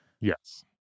yes